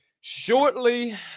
shortly